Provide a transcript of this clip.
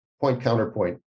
point-counterpoint